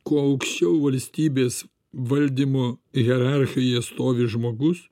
kuo aukščiau valstybės valdymo hierarchijoj stovi žmogus